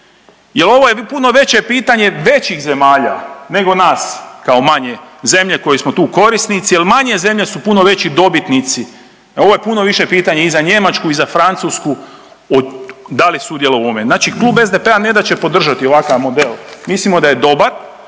jer ovo je puno veće pitanje većih zemalja nego nas kao manje zemlje koje smo tu korisnici jer manje zemlje su puno veći dobitnici. Ovo je puno više pitanje i za Njemačku i za Francusku od da li sudjelovao u ovome. Znači Klub SDP-a ne da će podržati ovakav model, mislimo da je dobar